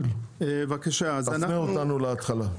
תפנה אותנו להתחלה.